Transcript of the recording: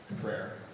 prayer